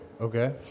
Okay